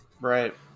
Right